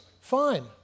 Fine